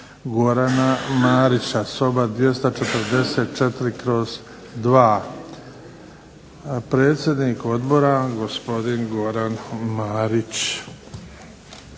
Gorana Marića, soba 244/2. Predsjednik Odbora gospodin Goran Marić.